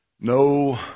No